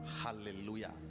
Hallelujah